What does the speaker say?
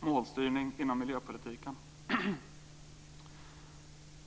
målstyrning inom miljöpolitiken.